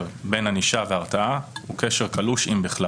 בין ענישה והרתעה הוא קשר קלוש אם בכלל.